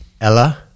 Ella